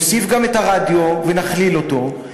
נוסיף גם את הרדיו ונכליל אותו,